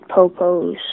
Popo's